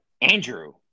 Andrew